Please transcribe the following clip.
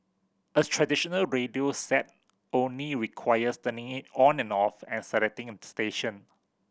a traditional radio set only requires turning it on and off and selecting a station